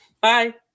bye